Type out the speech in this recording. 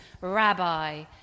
rabbi